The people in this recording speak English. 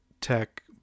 Tech